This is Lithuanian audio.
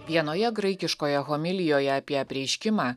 vienoje graikiškoje homilijoje apie apreiškimą